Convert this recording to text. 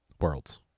worlds